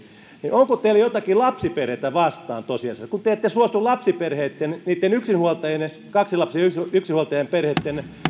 niin onko teillä tosiasiassa jotakin lapsiperheitä vastaan kun te ette suostu lapsiperheitten yksinhuoltajien kaksilapsisten yksinhuoltajaperheitten